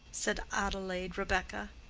said adelaide rebekah.